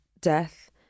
death